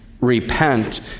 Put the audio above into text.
repent